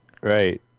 Right